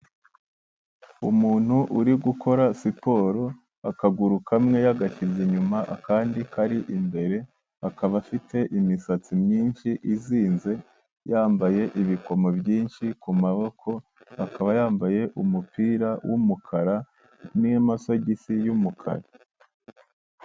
Umuntu uri gukora siporo, akaguru kamwe yagashyize inyuma, akandi kari imbere, akaba afite imisatsi myinshi izinze, yambaye ibikomo byinshi ku maboko, akaba yambaye umupira w'umukara, n'amasogisi y'umukara.